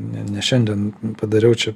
ne ne šiandien padariau čia